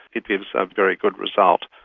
it gives a very good result.